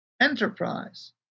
enterprise